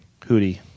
Hootie